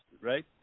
right